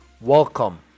welcome